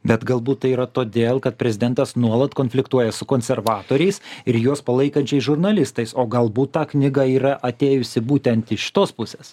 bet galbūt tai yra todėl kad prezidentas nuolat konfliktuoja su konservatoriais ir juos palaikančiais žurnalistais o galbūt ta knyga yra atėjusi būtent iš tos pusės